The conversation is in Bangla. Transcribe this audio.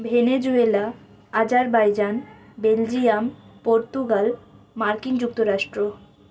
ভেনেজুয়েলা আজারবাইজান বেলজিয়াম পর্তুগাল মার্কিন যুক্তরাষ্ট্র